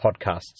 podcasts